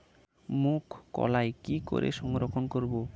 মুঘ কলাই কি করে সংরক্ষণ করব?